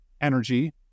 Energy